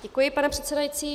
Děkuji, pane předsedající.